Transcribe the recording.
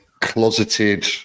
closeted